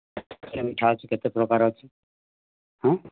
କେତେ ମିଠା ଅଛି କେତେ ପ୍ରକାର ଅଛି ହଁ